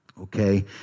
Okay